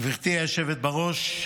גברתי היושבת בראש,